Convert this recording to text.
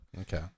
Okay